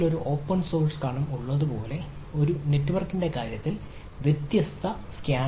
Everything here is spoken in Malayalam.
മാപ്പിൽ ഒരു ഓപ്പൺ സോഴ്സ് കനം ഉള്ളതുപോലെ ഒരു നെറ്റ്വർക്കിന്റെ കാര്യത്തിൽ വ്യത്യസ്ത സ്കാനറുകളുണ്ട്